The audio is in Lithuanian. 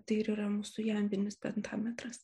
tai ir yra mūsų jambinis pentametras